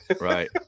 Right